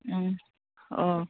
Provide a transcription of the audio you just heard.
अ